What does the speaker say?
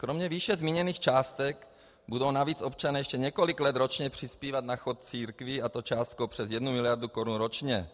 Kromě výše zmíněných částek budou navíc občané ještě několik let ročně přispívat na chod církví, a to částkou přes 1 miliardu korun ročně.